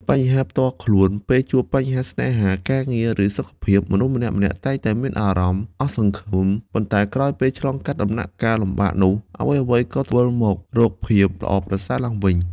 បញ្ហាផ្ទាល់ខ្លួន ពេលជួបបញ្ហាស្នេហា ការងារ ឬសុខភាព មនុស្សម្នាក់ៗតែងតែមានអារម្មណ៍អស់សង្ឃឹម ប៉ុន្តែក្រោយពេលឆ្លងកាត់ដំណាក់កាលលំបាកនោះ អ្វីៗក៏វិលមករកភាពល្អប្រសើរឡើងវិញ។